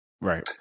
Right